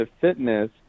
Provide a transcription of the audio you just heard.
fitness